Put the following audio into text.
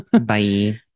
Bye